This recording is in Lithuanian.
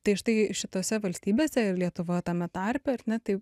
tai štai šitose valstybėse ir lietuvoj tame tarpe ar ne tai